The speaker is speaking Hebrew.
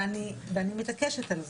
ואני מתעקשת על זה,